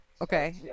Okay